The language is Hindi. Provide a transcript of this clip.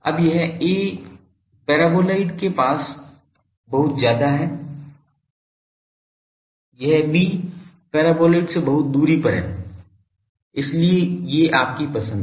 अब यह A पैराबोलाइड के बहुत ज्यादा पास है यह B पैराबोलाइड से बहुत दूरी पर है इसलिए ये आपकी पसंद हैं